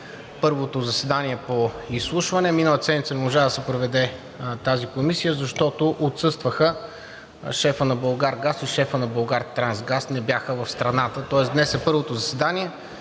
първото заседание по изслушване. Миналата седмица не можа да се проведе тази комисия, защото отсъстваха шефът на „Булгаргаз“ и шефът на „Булгартрансгаз“ – не бяха в страната. Тоест днес е първото заседание.